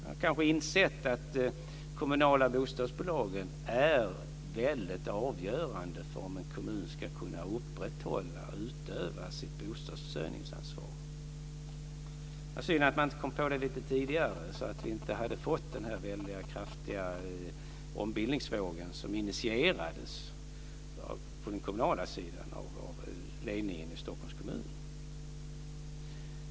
Kanske har man insett att de kommunala bostadsbolagen är avgörande för om en kommun ska kunna upprätthålla och utöva sitt bostadsförsörjningsansvar. Synd bara att man inte kom på det lite tidigare så att vi hade sluppit den här kraftiga ombildningsvågen, som på den kommunala sidan initierades av ledningen i Stockholms kommun.